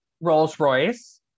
rolls-royce